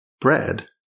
bread